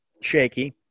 shaky